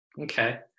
okay